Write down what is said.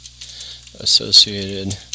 associated